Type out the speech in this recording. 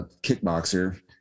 kickboxer